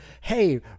hey